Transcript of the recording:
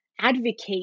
advocate